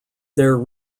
their